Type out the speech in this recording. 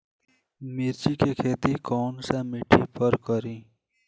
मिर्ची के खेती कौन सा मिट्टी पर करी?